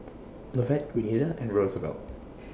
Lovett Renita and Roosevelt